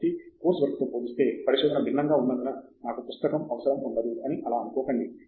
కాబట్టి course work తో పోలిస్తే పరిశోధన భిన్నంగా ఉన్నందున నాకు పుస్తకం అవసరం ఉండదు అని అలా అనుకోకండి